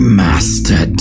master